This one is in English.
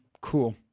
cool